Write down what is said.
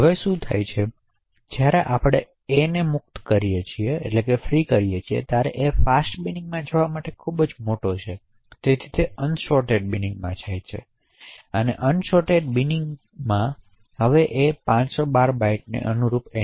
હવે શું થાય છે જ્યારે આપણે એકને મુક્ત કરીએ છીએ તે એ છે કે એક ફાસ્ટ બિનિંગમાં જવા માટે ખૂબ જ મોટો છે અને તેથી તે આ અનસોર્ટેટેડ બિનિંગમાં જાય છે અને તેથી અનસોર્ટેટેડ કરેલા બિનિંગમાં પ્રવેશ હશે જે આશરે 512 બાઇટ્સના ભાગને અનુરૂપ છે